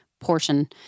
portion